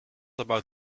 about